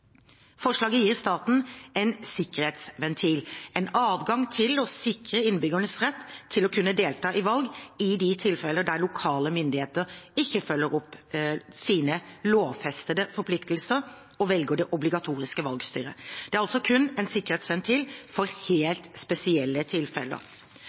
Forslaget gir staten en sikkerhetsventil: en adgang til å sikre innbyggernes rett til å kunne delta i valg i de tilfeller der lokale myndigheter ikke følger opp sine lovfestede forpliktelser og velger det obligatoriske valgstyret. Det er altså kun en sikkerhetsventil for